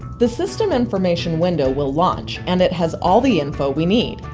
the system information window will launch and it has all the info we need.